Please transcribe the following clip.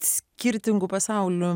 skirtingų pasaulio